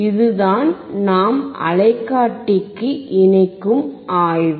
இதுதான் நாம் அலைக்காட்டிக்கு இணைக்கும் ஆய்வு